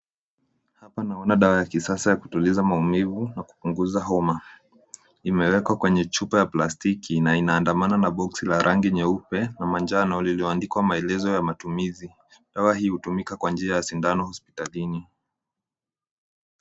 Hapa naona dawa ya kisasa ya kutuliza maumivu na kupunguza hom, ime wekwa kwenye chupa ya plastiki na ina adamana na boksi la rangi nyeupe na manjano lilio andikwa maelezo ya matumizi. Dawa hii hutumika kwa njia ya sindano hosptalini.